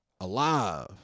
Alive